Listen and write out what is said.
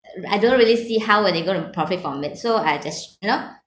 uh I don't really see how were they going to profit from it so I just you know